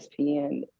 ESPN